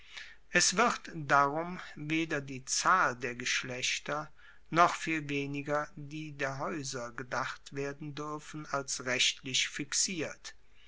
es wird darum weder die zahl der geschlechter noch viel weniger die der haeuser gedacht werden duerfen als rechtlich fixiert